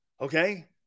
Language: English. okay